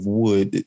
wood